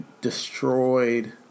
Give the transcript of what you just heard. destroyed